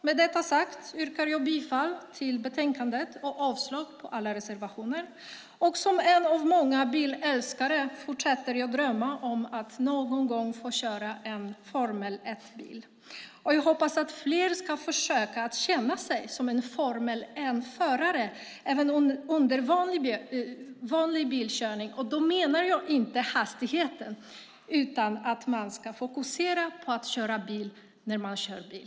Med detta sagt yrkar jag bifall till betänkandets förslag till beslut och avslag på alla reservationer. Och som en av många bilälskare fortsätter jag att drömma om att någon gång få köra en Formel 1-bil. Jag hoppas att fler ska försöka att känna sig som en Formel 1-förare även under vanlig bilkörning, och då menar jag inte hastigheten utan att man ska fokusera på att köra bil när man kör bil.